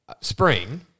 spring